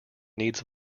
needs